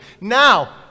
Now